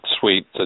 Sweet